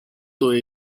той